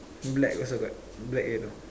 black also got black yellow